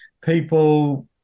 People